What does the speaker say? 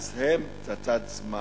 אז הם פצצת זמן.